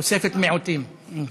תוספת מיעוטים.